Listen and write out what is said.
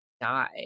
die